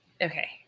Okay